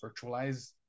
virtualize